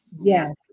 Yes